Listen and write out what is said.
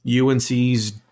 UNC's